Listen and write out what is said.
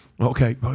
Okay